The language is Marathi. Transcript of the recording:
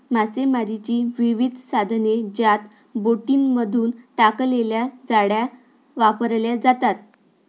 मासेमारीची विविध साधने ज्यात बोटींमधून टाकलेल्या जाळ्या वापरल्या जातात